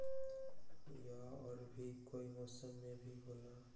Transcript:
या और भी कोई मौसम मे भी होला?